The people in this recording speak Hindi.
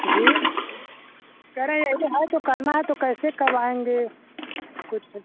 जी कह रहे हैं जो हैं जो करना है तो कैसे करवायेंगे कुछ